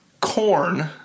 Corn